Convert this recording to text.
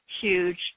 huge